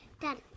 Dad